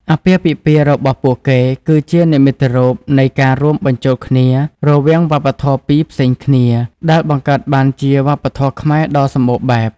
អាពាហ៍ពិពាហ៍របស់ពួកគេ គឺជានិមិត្តរូបនៃការរួមបញ្ចូលគ្នារវាងវប្បធម៌ពីរផ្សេងគ្នា ដែលបង្កើតបានជាវប្បធម៌ខ្មែរដ៏សម្បូរបែប។